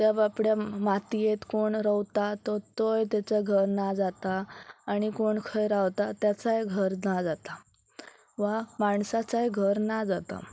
ते बाबड्या मातयेंत कोण रवता तो तोय तेचो घर ना जाता आनी कोण खंय रावता तेचाय घर ना जाता वा माणसाचाय घर ना जाता